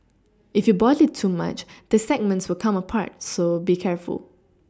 if you boil it too much the segments will come apart so be careful